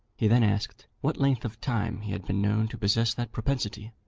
he then asked what length of time he had been known to possess that propensity.